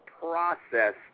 process